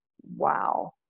wow